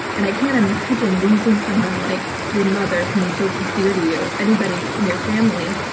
and i can't imagine losing someone like your mother, someone so dear to you, anybody in your family,